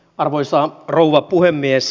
arvoisa rouva puhemies